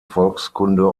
volkskunde